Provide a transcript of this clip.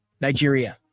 Nigeria